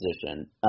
position